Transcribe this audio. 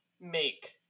make